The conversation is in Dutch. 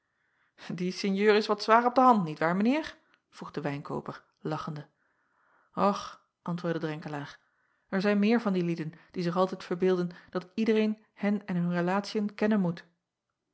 ie sinjeur is wat zwaar op de hand niet waar mijn eer vroeg de wijnkooper lachende ch antwoordde renkelaer er zijn meer van die lieden die zich altijd verbeelden dat iedereen hen en hun relatiën kennen moet